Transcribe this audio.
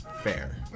fair